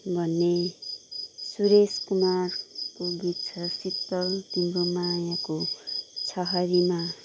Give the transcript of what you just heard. भन्ने सुरेश कुमारको गीत छ शीतल तिम्रो मायाको छहारीमा